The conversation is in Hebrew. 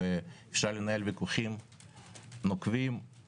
אפשר לנהל ויכוחים נוקבים,